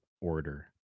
order